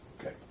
Okay